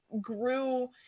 grew